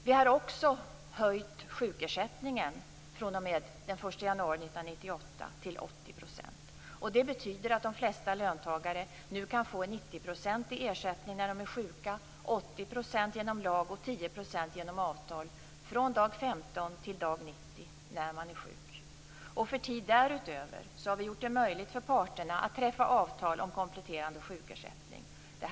Vi har också höjt sjukersättningen fr.o.m. den 1 januari 1998 till 80 %. Det betyder att de flesta löntagare nu kan få en 90-procentig ersättning när de är sjuka, 80 % genom lag och 10 % genom avtal, från dag 15 till dag 90 när de är sjuka. För tid därutöver har vi gjort det möjligt för parterna att träffa avtal om kompletterande sjukersättning.